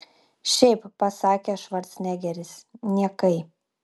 šiaip pasakė švarcnegeris niekai